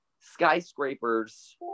skyscrapers